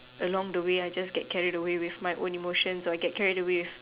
along the way I just get carried away with my own emotion or I get carried away